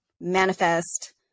manifest